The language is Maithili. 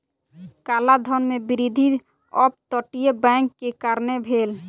काला धन में वृद्धि अप तटीय बैंक के कारणें भेल